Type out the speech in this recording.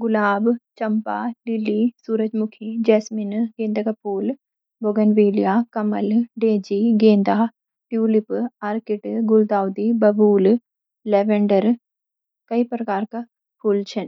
गुलाब चंपा लिली सूरजमुखी जैस्मिन गेंदे का फूल बोगनविलिया कमल डेजी गेंदा ट्यूलिप ऑर्किड गुलदाउदी बबूल लवेंडर